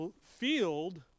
field